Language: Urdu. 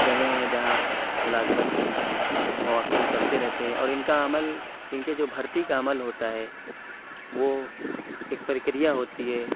جگہیں ہیں جہاں ملازمت کی مواقع نکلتے رہتے ہیں اور اِن کا عمل اِن کے جو بھرتی کا عمل ہوتا ہے وہ ایک پرکریا ہوتی ہے